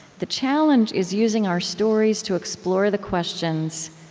the challenge is using our stories to explore the questions,